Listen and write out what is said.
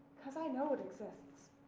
cuz i know it exists.